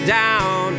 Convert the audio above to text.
down